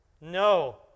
No